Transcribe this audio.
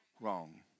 Wrong